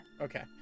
Okay